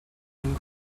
and